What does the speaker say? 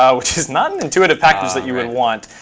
ah which is not an intuitive package that you would want.